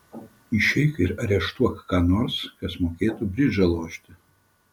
išeik ir areštuok ką nors kas mokėtų bridžą lošti